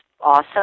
awesome